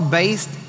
based